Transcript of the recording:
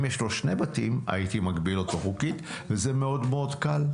אם יש לו שני בתים הייתי מגביל אותו חוקית וזה מאוד מאוד קל,